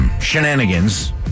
shenanigans